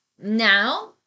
Now